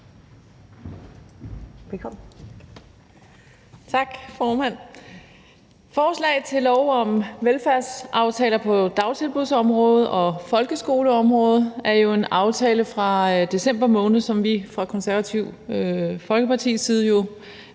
Tak, formand. Forslag til lov om velfærdsaftaler på dagtilbudsområdet og folkeskoleområdet er jo en aftale fra december måned, som vi fra Det Konservative Folkepartis side jo